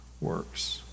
works